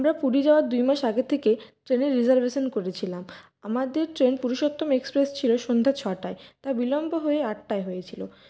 আমরা পুরী যাওয়ার দুই মাস আগে থেকে ট্রেনের রিজার্ভেশন করেছিলাম আমাদের ট্রেন পুরুষোত্তম এক্সপ্রেস ছিল সন্ধ্যে ছটায় তা বিলম্ব হয়ে আটটায় হয়েছিলো